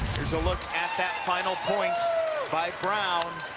here's a look at that final point by brown.